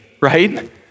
right